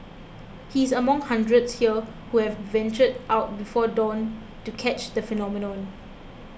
he is among hundreds here who have ventured out before dawn to catch the phenomenon